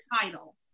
title